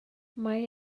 mae